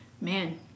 man